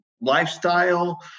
lifestyle